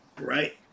right